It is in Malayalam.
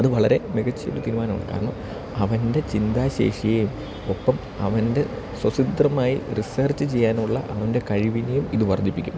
അത് വളരെ മികച്ചൊരു തിരുമാനമാണ് കാരണം അവൻ്റെ ചിന്താശേഷിയേയും ഒപ്പം അവൻ്റെ സൊസിത്രമായി റിസർച്ച് ചെയ്യാനുള്ള അവൻ്റെ കഴിവിനെയും ഇത് വർദ്ധിപ്പിക്കും